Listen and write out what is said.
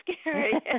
scary